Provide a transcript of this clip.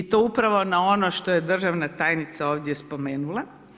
I to upravo na ono što je državna tajnica ovdje spomenula.